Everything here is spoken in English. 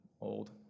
old